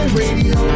radio